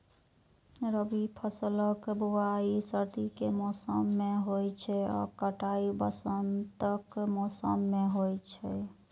रबी फसलक बुआइ सर्दी के मौसम मे होइ छै आ कटाइ वसंतक मौसम मे होइ छै